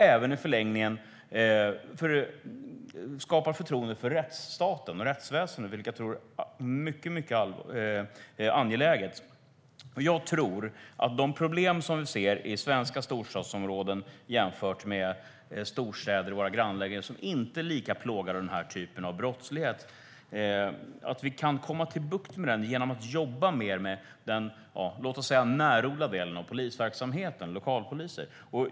I förlängningen skapar det också förtroende för rättsstaten och rättsväsendet, vilket är mycket angeläget. Jag tror att vi kan få bukt med de problem som vi ser i svenska storstadsområden jämfört med storstäder i våra grannländer som inte är lika plågade av den här typen av brottslighet genom att jobba mer med den nära delen av polisverksamheten, det vill säga lokalpoliser.